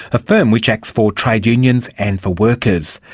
a firm which acts for trade unions and for workers.